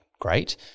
great